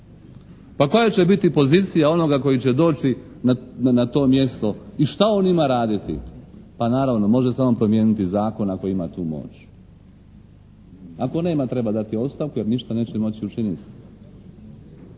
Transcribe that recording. Pa koja će biti pozicija onoga koji će doći na to mjesto i šta on ima raditi? Pa naravno može samo promijeniti zakon ako ima tu moć. Ako nema, treba dati ostavku jer ništa neće moći učiniti.